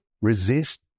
resist